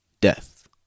death